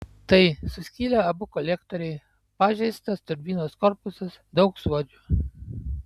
tai suskilę abu kolektoriai pažeistas turbinos korpusas daug suodžių